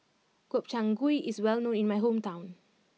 Gobchang Gui is well known in my hometown